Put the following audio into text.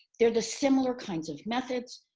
they're the similar kinds of methods,